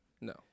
No